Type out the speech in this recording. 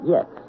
Yes